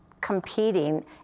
competing